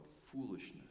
foolishness